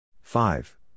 Five